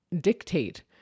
dictate